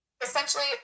Essentially